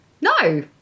No